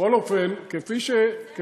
בכל אופן, זה המקרה.